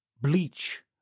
Bleach